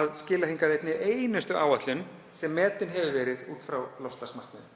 að skila hingað einni einustu áætlun sem metin hefur verið út frá loftslagsmarkmiðum.